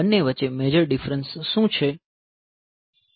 બંને વચ્ચે major difference શું છે